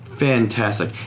Fantastic